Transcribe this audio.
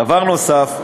דבר נוסף,